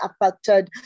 affected